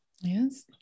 yes